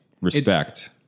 ...respect